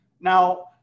Now